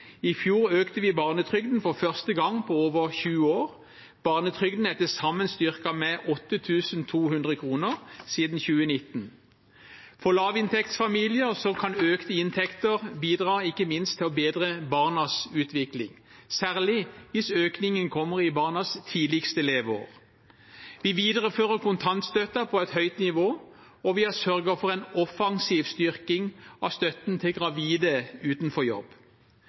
I fjor økte vi barnetrygden for første gang på over 20 år. Barnetrygden er til sammen styrket med 8 200 kroner siden 2019. For lavinntektsfamilier kan økte inntekter bidra ikke minst til å bedre barnas utvikling, særlig hvis økningen kommer i barnas tidligste leveår. Vi viderefører kontantstøtten på et høyt nivå, og vi har sørget for en offensiv styrking av støtten til gravide utenfor jobb.